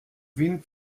wind